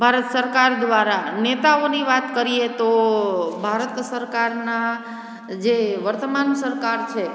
ભારત સરકાર દ્વારા નેતાઓની વાત કરીએ તો ભારત સરકારના જે વર્તમાન સરકાર છે